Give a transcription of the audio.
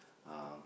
um